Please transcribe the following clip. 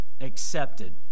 accepted